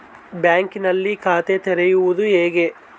ಬ್ಯಾಂಕಿನಲ್ಲಿ ಖಾತೆ ತೆರೆಯುವುದು ಹೇಗೆ?